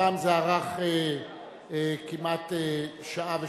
הפעם זה נמשך כמעט שעה ושלושת-רבעי,